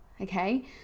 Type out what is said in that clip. okay